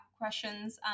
questions